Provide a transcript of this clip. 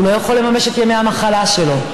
הוא לא יכול לממש את ימי המחלה שלו,